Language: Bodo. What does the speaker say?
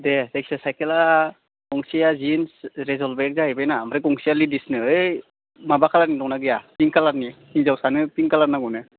दे जायखिया साइकेला गंसेआ जिमस रेज'ल बेक जाहैबायना आमफ्राय गंसेआ लिडिसनो ओइ माबा कलारनि दंना गैया पिं कालारनि हिन्जावसानो पिं कालार नांगौनो